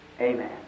amen